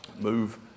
move